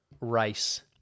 race